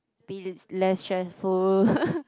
be l~ less stressful